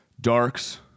darks